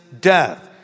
death